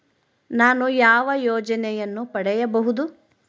ನಾನು ಯಾವ ಯೋಜನೆಯನ್ನು ಪಡೆಯಬಹುದು?